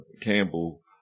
Campbell